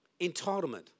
Entitlement